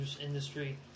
industry